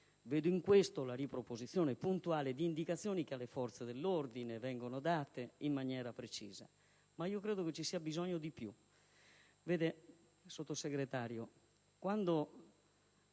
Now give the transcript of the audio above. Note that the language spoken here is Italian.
essa vedo la riproposizione puntuale di indicazioni che alle forze dell'ordine vengono date in maniera precisa. Credo però vi sia bisogno di fare